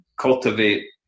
cultivate